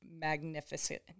magnificent